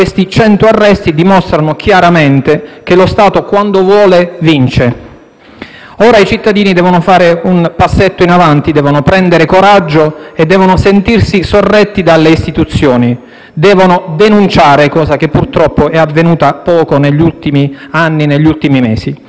Ora i cittadini devono fare un passetto in avanti: devono prendere coraggio e devono sentirsi sorretti dalle istituzioni. Devono denunciare, cosa che purtroppo è avvenuta poco negli ultimi anni e negli ultimi mesi. In questo modo la sconfitta delle mafie foggiane avverrà in maniera più rapida.